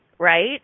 right